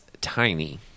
tiny